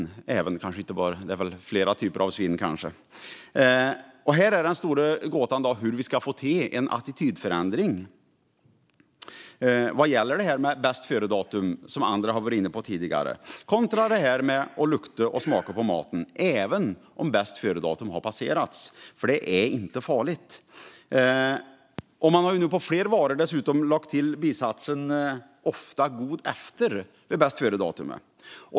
Det finns kanske fler typer av svinn där. Här är den stora gåtan hur vi ska få till en attitydförändring vad gäller bästföredatum, som andra har varit inne på tidigare, kontra att lukta och smaka på maten även om bästföredatum har passerats. Det är inte farligt. Man har på flera varor dessutom lagt till "ofta god efter" i anslutning till bästföredatumet.